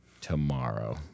tomorrow